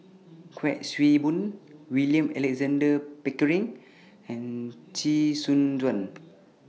Kuik Swee Boon William Alexander Pickering and Chee Soon Juan